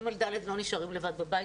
תלמידי כתות ב'-ד' לא נשארים לבד בבית.